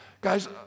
Guys